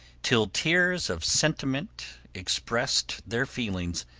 till tears of sentiment expressed their feelings.